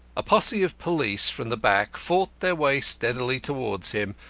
a posse of police from the back fought their way steadily towards him,